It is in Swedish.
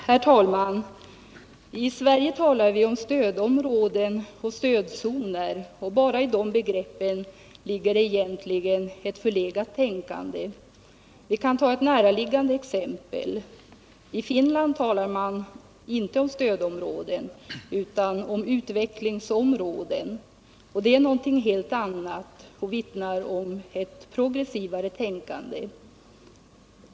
Herr talman! I Sverige talar vi om stödområden och stödzoner, och redan i de begreppen ligger egentligen ett förlegat tänkande. Vi kan ta ett näraliggande exempel. I Finland talar man inte om stödområden utan om utvecklingsområden. Det är något helt annat och vittnar om ett mer progressivt tänkande.